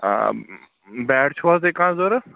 آ بَیٹ چھُو حظ تُہۍ کانٛہہ ضوٚرَتھ